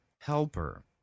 helper